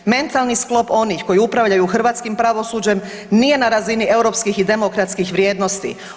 Mentalni sklop onih koji upravljaju hrvatskim pravosuđem nije na razini europskih i demokratskih vrijednosti.